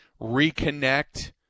Reconnect